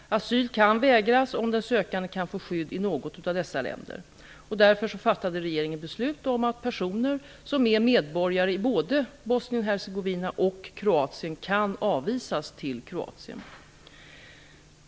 Asyl kan vägras om den sökande kan få skydd i något av dessa länder. Därför fattade regeringen beslut om att personer som är medborgare i både Bosnien--Hercegovina och Kroatien kan avvisas till Kroatien.